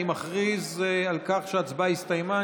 אני מכריז על כך שההצבעה הסתיימה.